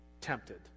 tempted